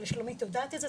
ושלומית יודעת את זה,